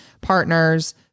partner's